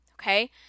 Okay